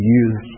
use